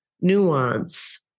nuance